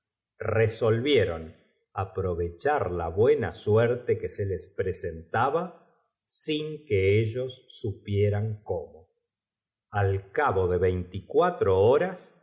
de vechar la buena suerte que se les presen hígado que le gustaba mucho se presentaba sin que ellos supieran cómo tó de repente delante de ella la seiiora sual cabo de veinticuatro horas